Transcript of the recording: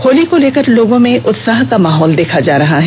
होली को लेकर लोगों में उत्साह का माहौल देखा जा रहा है